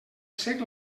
sec